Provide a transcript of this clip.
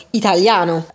italiano